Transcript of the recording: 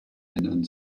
ändern